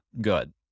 good